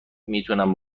میتونم